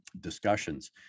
discussions